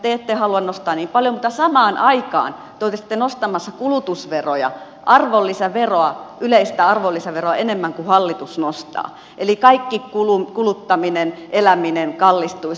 te ette halua nostaa niin paljon mutta samaan aikaan te olisitte nostamassa kulutusveroja yleistä arvonlisäveroa enemmän kuin hallitus nostaa eli kaikki kuluttaminen eläminen kallistuisi